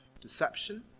deception